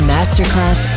Masterclass